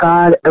God